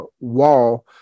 wall